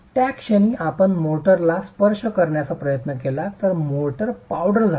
त्या क्षणी आपण मोर्टारला स्पर्श करण्याचा प्रयत्न केला तर मोर्टार पावडर झाला